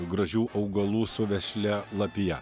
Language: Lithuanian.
gražių augalų su vešlia lapija